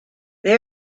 they